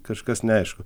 kažkas neaišku